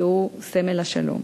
שהוא סמל השלום.